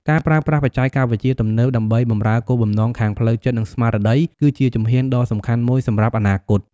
ការប្រើប្រាស់បច្ចេកវិទ្យាទំនើបដើម្បីបម្រើគោលបំណងខាងផ្លូវចិត្ត និងស្មារតី គឺជាជំហានដ៏សំខាន់មួយសម្រាប់អនាគត។